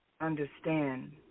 understand